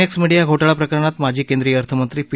x media घोटाळाप्रकरणात माजी केंद्रीय अर्थमंत्री पी